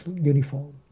uniform